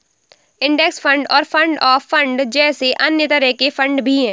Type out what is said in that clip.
index fund और fund of fund जैसे अन्य तरह के फण्ड भी हैं